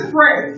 Pray